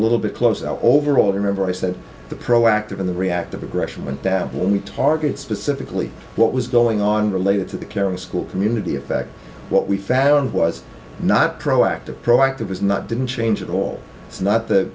little bit closer overall remember i said the proactive in the reactive aggression meant that when we target specifically what was going on related to the care of a school community effect what we found was not proactive proactive is not didn't change at all it's not the